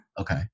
okay